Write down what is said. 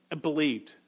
believed